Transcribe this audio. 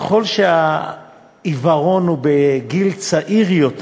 ככל שהעיוורון הוא בגיל צעיר יותר,